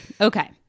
Okay